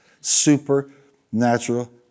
supernatural